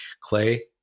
Clay